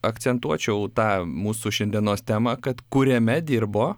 akcentuočiau tą mūsų šiandienos temą kad kuriame dirbo